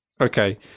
Okay